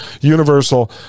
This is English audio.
universal